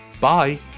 bye